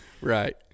Right